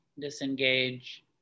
disengage